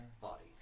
body